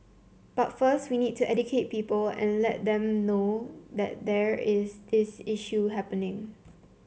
but first we need to educate people and let them know that there is this issue happening